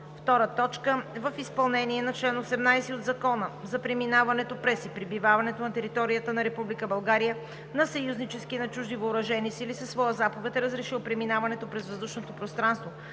второ, в изпълнение на чл. 18 от Закона за преминаването през и пребиваването на територията на Република България съюзнически и на чужди въоръжени сили със своя заповед е разрешил преминаването през въздушното пространство